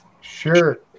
Sure